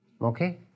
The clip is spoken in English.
okay